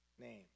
name